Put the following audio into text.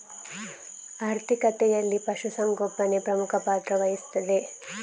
ಆರ್ಥಿಕತೆಯಲ್ಲಿ ಪಶು ಸಂಗೋಪನೆ ಪ್ರಮುಖ ಪಾತ್ರ ವಹಿಸುತ್ತದೆ